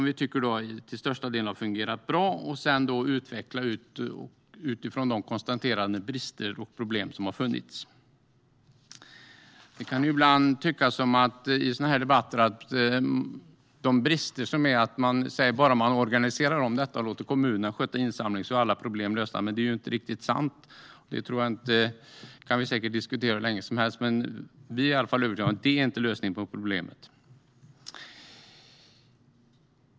Vi tycker att det till största delen har fungerat bra men vill åtgärda de konstaterade brister och problem som har funnits. Det sägs ibland i sådana här debatter att om man bara organiserar om insamlingen och låter kommunerna sköta den är alla problem lösta, men det är inte riktigt sant. Det kan vi säkert diskutera hur länge som helst, men vi är i alla fall övertygade om att det inte är lösningen på problemet.